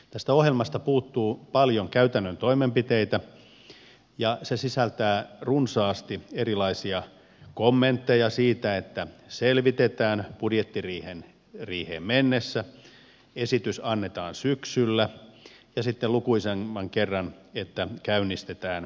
tästä ohjelmasta puuttuu paljon käytännön toimenpiteitä ja se sisältää runsaasti erilaisia kommentteja siitä että selvitetään budjettiriiheen mennessä esitys annetaan syksyllä ja sitten lukuisemman kerran että käynnistetään selvitys